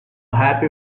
happy